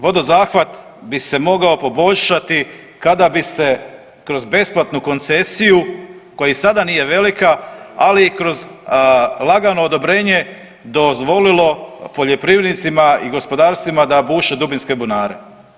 Vodozahvat bi se mogao poboljšati kada bi se kroz besplatnu koncesiju koja i sada nije velika, ali i kroz lagano odobrenje dozvolilo poljoprivrednicima i gospodarstvima da buše dubinske bunare.